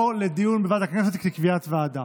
תעבור לדיון בוועדת הכנסת לקביעת ועדה.